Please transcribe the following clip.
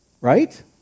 right